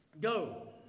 go